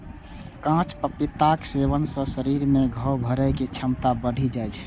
कांच पपीताक सेवन सं शरीर मे घाव भरै के क्षमता बढ़ि जाइ छै